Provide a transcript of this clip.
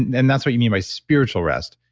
and that's what you mean by spiritual rest.